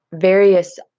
Various